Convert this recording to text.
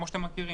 כמו שאתם מכירים,